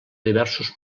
diversos